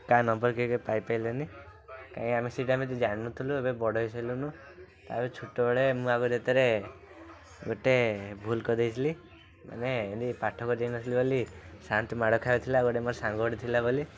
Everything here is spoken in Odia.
କାହା ନମ୍ୱର୍ କିଏ କାଇଁ ପାଇ ପାରିଲେନି କାଇଁକି ଆମେ ସେଇଟା ମଧ୍ୟ ଜାଣି ନଥିଲୁ ଏବେ ବଡ଼ ହେଇ ସାରିଲୁଣୁ ଆଉ ଛୋଟ ବେଳେ ମୁଁ ଆଉ ଗୋଟେଥର ଗୋଟେ ଭୁଲ୍ କରି ଦେଇଥିଲି ମାନେ ଏମିତି ପାଠ କରି ନଥିଲି ବୋଲି ସାର୍ଙ୍କଠାରୁ ମାଡ଼ ଖାଇଥିଲି ଆଉ ମୋର ଗୋଟେ ସାଙ୍ଗଟେ ଥିଲା ବୋଲି